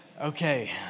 okay